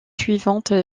suivante